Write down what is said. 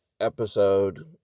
episode